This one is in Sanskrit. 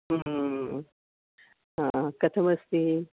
कथमस्ति